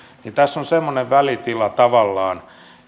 tässä on semmoinen välitila tavallaan